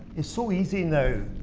it's so easy now.